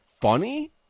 funny